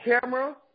camera